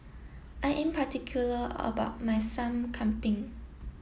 I am particular about my Sup Kambing